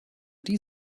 die